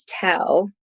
tell